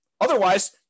Otherwise